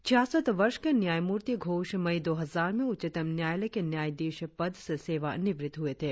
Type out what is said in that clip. छियासठ वर्ष के न्यायमूर्ति घोष मई दो हजार में उच्चतम न्यायालय के न्यायाधीश पद से सेवा निवृत्त हुए थे